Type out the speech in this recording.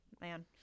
man